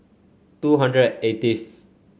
two hundred and eighth